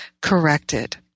corrected